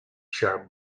sharp